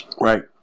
Right